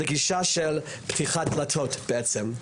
לגישה של פתיחת דלתות בעצם.